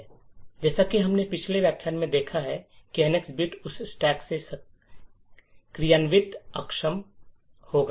जैसा कि हमने पिछले व्याख्यान में देखा है एनएक्स बिट उस स्टैक से क्रियांवित अक्षम होगा